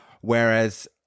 Whereas